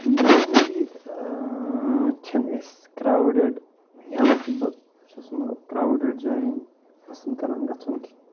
normally چھِ نہٕ أسۍ کراوڈٕڈ یَتھ بہٕ چھُس نہٕ کراوڈٕڈ جاین پسند کران گژھُن کیٚنٛہہ